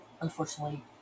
unfortunately